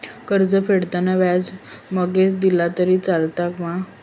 कर्ज फेडताना व्याज मगेन दिला तरी चलात मा?